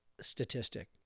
statistic